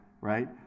right